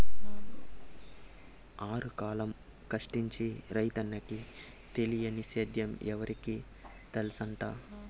ఆరుగాలం కష్టించి రైతన్నకి తెలియని సేద్యం ఎవరికి తెల్సంట